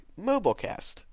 MobileCast